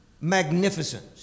magnificence